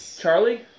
Charlie